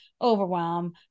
overwhelm